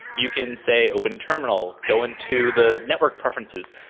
you can say open terminal. go into the network preferences,